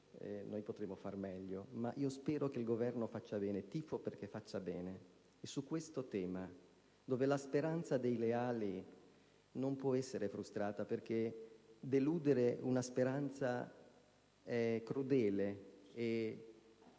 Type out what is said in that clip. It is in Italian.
noi potremmo fare meglio. Spero, comunque, che il Governo faccia bene; io tifo perché faccia bene! Su questo tema la speranza dei leali non può essere frustrata perché deludere una speranza è crudele ed